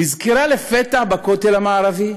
נזכרה לפתע בכותל המערבי?